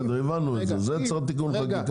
בסדר, הבנו את זה, זה צריך תיקון חקיקה.